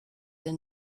den